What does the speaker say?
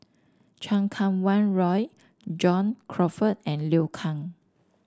Chan Kum Wah Roy John Crawfurd and Liu Kang